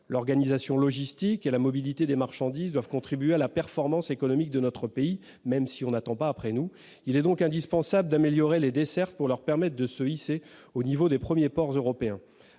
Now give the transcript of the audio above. L'organisation logistique et la mobilité des marchandises doivent contribuer à la performance économique de notre pays, même si le monde n'attend pas la France ... Il est donc indispensable d'améliorer les dessertes pour leur permettre de se hisser au niveau des premiers ports européens.